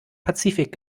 pazifik